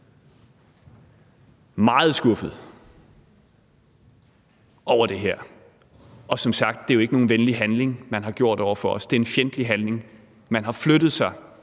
meget skuffet over det her, og som sagt er det jo ikke nogen venlig handling, man har lavet, over for os. Det er en fjendtlig handling; man har flyttet sig